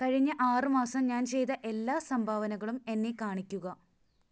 കഴിഞ്ഞ ആറ് മാസം ഞാൻ ചെയ്ത എല്ലാ സംഭാവനകളും എന്നെ കാണിക്കുക